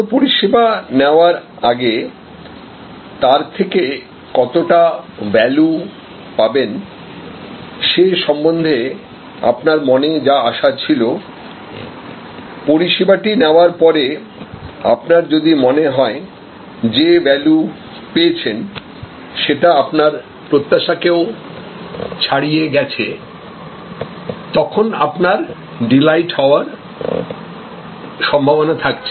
কোন পরিষেবা নেওয়ার আগে তার থেকে কতটা ভ্যালু পাবেন সে সম্বন্ধে আপনার মনে যা আশা ছিল পরিষেবাটি নেওয়ার পরে আপনার যদি মনে হয় যে ভ্যালু পেয়েছেন সেটা আপনার প্রত্যাশা কেও ছাড়িয়ে গেছে তখন আপনার ডিলাইট হওয়ার সম্ভাবনা থাকছে